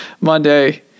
monday